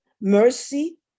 mercy